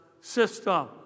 system